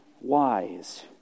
wise